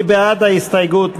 מי בעד ההסתייגות?